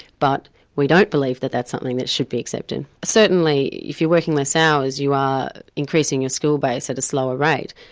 but we don't believe that that's something that should be accepted. certainly if you're working less hours, you are increasing your skill base at a slower rate,